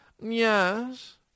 Yes